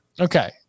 Okay